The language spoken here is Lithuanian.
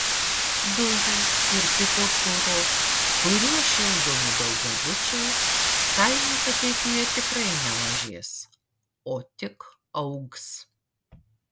dujų ir kito kuro kuriuo šildomi daugiabučiai kainos ateityje tikrai nemažės o tik augs